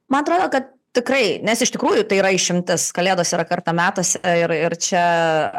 man atrodo kad tikrai nes iš tikrųjų tai yra išimtis kalėdos yra kartą metuose ir ir čia